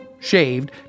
shaved